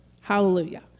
Hallelujah